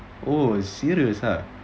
oh serious ah